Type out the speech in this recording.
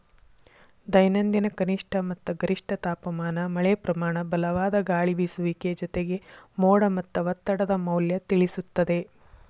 ದೈನಂದಿನ ಕನಿಷ್ಠ ಮತ್ತ ಗರಿಷ್ಠ ತಾಪಮಾನ ಮಳೆಪ್ರಮಾನ ಬಲವಾದ ಗಾಳಿಬೇಸುವಿಕೆ ಜೊತೆಗೆ ಮೋಡ ಮತ್ತ ಒತ್ತಡದ ಮೌಲ್ಯ ತಿಳಿಸುತ್ತದೆ